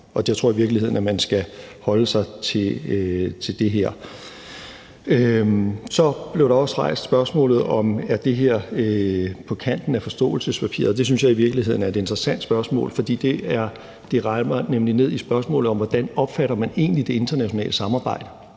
Jeg tror i virkeligheden, at man skal holde sig til det her. Kl. 16:26 Der blev også rejst et spørgsmål om, om det her er på kanten af forståelsespapiret. Det synes jeg i virkeligheden er et interessant spørgsmål, for det rammer nemlig ned i spørgsmålet om, hvordan man egentlig opfatter det internationale samarbejde.